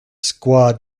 squad